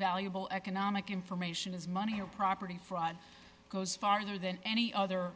valuable economic information is money or property fraud goes farther than any other